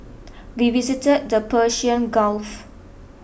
we visited the Persian Gulf